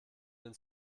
den